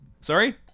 Sorry